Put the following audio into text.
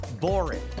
boring